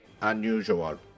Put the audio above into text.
unusual